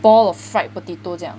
ball of fried potato 这样